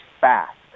fast